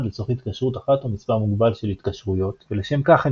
לצורך התקשרות אחת או מספר מוגבל של התקשרויות ולשם כך הם